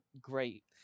great